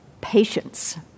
Patience